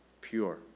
pure